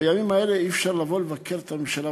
בימים האלה אי-אפשר לבקר את הממשלה,